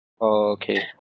oh okay